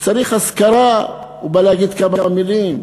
שכשצריך אזכרה הוא בא להגיד כמה מילים,